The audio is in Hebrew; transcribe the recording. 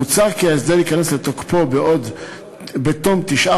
מוצע כי ההסדר ייכנס לתוקפו בתום תשעה